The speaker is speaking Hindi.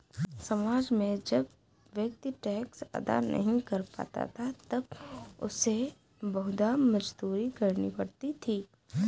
समाज में जब व्यक्ति टैक्स अदा नहीं कर पाता था तब उसे बंधुआ मजदूरी करनी पड़ती थी